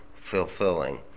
fulfilling